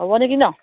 হ'ব নেকি ন